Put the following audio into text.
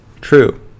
True